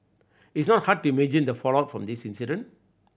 it's not hard to imagine the fallout from this incident